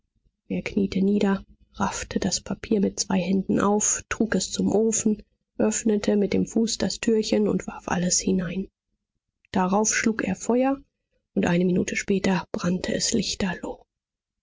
er kniete nieder raffte das papier mit zwei händen auf trug es zum ofen öffnete mit dem fuß das türchen und warf alles hinein darauf schlug er feuer und eine minute später brannte es lichterloh